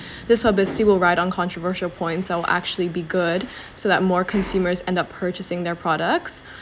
this publicity will ride on controversial points that will actually be good so that more consumers end up purchasing their products